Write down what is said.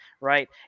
right